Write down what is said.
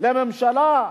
שהממשלה,